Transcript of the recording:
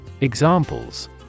Examples